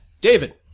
David